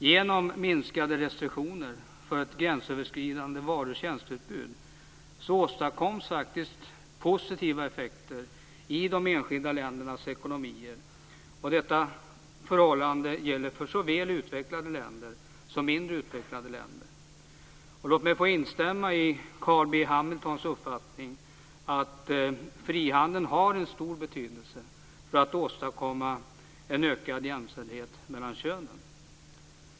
Genom minskade restriktioner för ett gränsöverskridande varu och tjänsteutbud åstadkoms positiva effekter i de enskilda ländernas ekonomier, och detta förhållande gäller för såväl utvecklade länder som mindre utvecklade länder. Och låt mig få instämma i Carl B Hamiltons uppfattning att frihandeln har en stor betydelse för att åstadkomma ökad jämställdhet mellan könen.